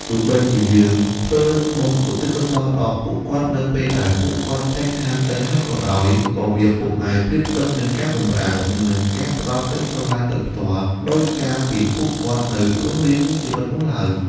បើទោះជាយើងធ្វើបុណ្យឧទ្ទិសកុសលដល់ពួកគាត់នៅពេលដែលពួកគាត់ចែកឋានទៅហើយក៏ដោយ ក៏វាពុំអាចប្រៀបផ្ទឹមនឹងការបម្រើ និងការផ្តល់ក្តីស្រឡាញ់ដោយផ្ទាល់ ដូចកាលពីពួកគាត់នៅរស់រានមានជីវិតនោះឡើយ។